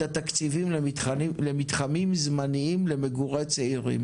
התקציבים למתחמים זמניים למגורי צעירים.